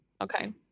Okay